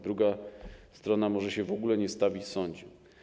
Druga strona może się w ogóle nie stawić w sądzie.